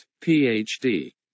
Ph.D